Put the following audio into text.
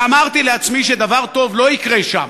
ואמרתי לעצמי שדבר טוב לא יקרה שם.